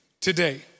today